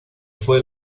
fue